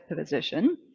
position